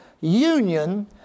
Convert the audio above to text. union